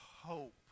hope